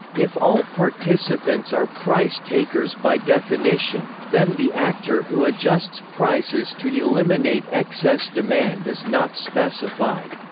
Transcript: if all participants are price-takers by definition, then the actor who adjusts prices to eliminate excess demand is not specified.